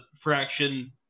fraction